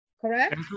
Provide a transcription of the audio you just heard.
correct